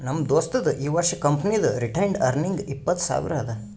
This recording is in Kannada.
ನಮ್ ದೋಸ್ತದು ಈ ವರ್ಷ ಕಂಪನಿದು ರಿಟೈನ್ಡ್ ಅರ್ನಿಂಗ್ ಇಪ್ಪತ್ತು ಸಾವಿರ ಅದಾ